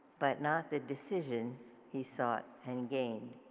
but not the decision he sought and gained.